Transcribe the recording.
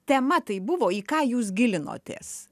tema tai buvo į ką jūs gilinotės